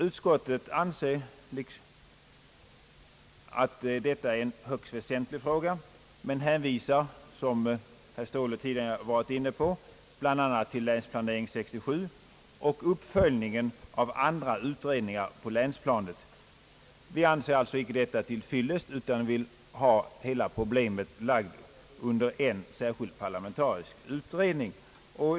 Utskottet anser liksom vi att detta är en högst väsentlig fråga, men hänvisar — såsom herr Ståhle tidigare varit inne på — bland annat till »Länsplanering 67» och uppföljningen av andra utredningar på länsplanet. Vi anser alltså inte detta till fyllest, utan vi vill att hela problemet skall läggas under en särskild parlamentarisk utredning.